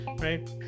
right